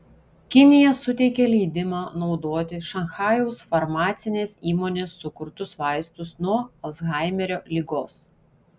kinija suteikė leidimą naudoti šanchajaus farmacinės įmonės sukurtus vaistus nuo alzhaimerio ligos